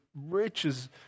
riches